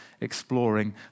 exploring